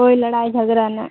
کوئی لڑائی جھگڑا نا